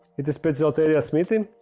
it is poecilotheria smithi.